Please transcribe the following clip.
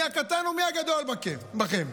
מהקטן עד הגדול בכם.